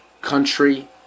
country